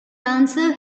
answer